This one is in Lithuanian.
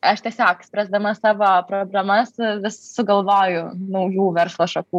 aš tiesiog spręsdama savo problemas vis sugalvoju naujų verslo šakų